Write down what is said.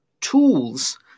tools